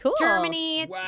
Germany